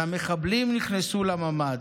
והמחבלים נכנסו לממ"ד.